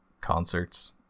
concerts